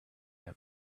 him